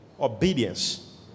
Obedience